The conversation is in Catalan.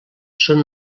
són